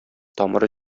тамыры